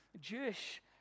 Jewish